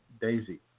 Daisy